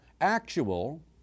actual